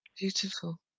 Beautiful